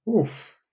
Oof